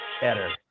Better